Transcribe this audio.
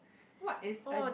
what is a